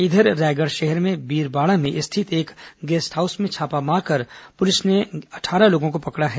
इधर रायगढ़ शहर के बीरपाड़ा में स्थित एक गेस्ट हाउस में छापा मारकर पुलिस ने अट्ठारह लोगों को पकड़ा है